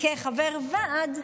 לחבר ועד,